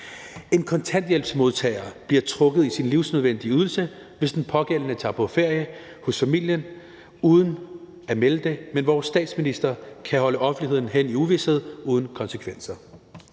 En kontanthjælpsmodtager bliver trukket i sin livsnødvendige ydelse, hvis den pågældende tager på ferie hos familien uden at melde det, men vores statsminister kan holde offentligheden hen i uvished uden konsekvenser.